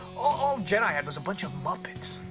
all jedi had was bunch of muppets.